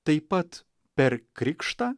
taip pat per krikštą